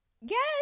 Yes